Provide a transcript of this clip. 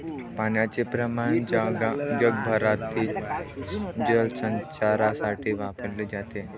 पाण्याचे प्रमाण जगभरातील जलचरांसाठी वापरले जाते